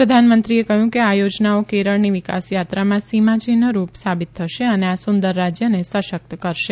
પ્રધાનમંત્રીએ કહ્યું કે આ યોજનાઓ કેરળની વિકાસયાત્રામાં સીમાચિન્હરૂપ સાબિત થશે અને આ સુંદર રાજયને સશકત કરાશે